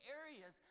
areas